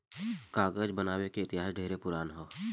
कागज बनावे के इतिहास ढेरे पुरान ह